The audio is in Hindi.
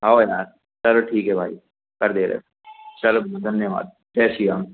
हओ यार चलो ठीक है भाई कर दे रहे चलो धन्यवाद जय श्री राम